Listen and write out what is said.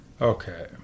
Okay